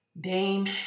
Dame